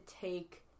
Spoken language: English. take